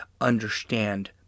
understand